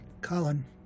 Colin